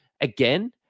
again